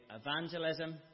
evangelism